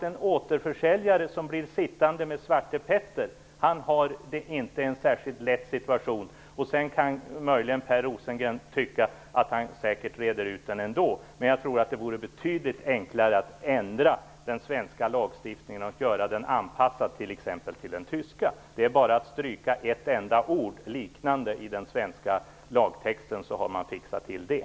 En återförsäljare som blir sittande med svartepetter har inte någon särskilt lätt situation - sedan kan Per Rosengren tycka att man säkert reder ut den ändå, men jag tror att det vore betydligt enklare att ändra den svenska lagstiftningen, t.ex. att anpassa den till exempelvis den tyska. Det är bara att stryka ett enda ord - "liknande" - i den svenska lagtexten, så har man fixat det.